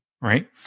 right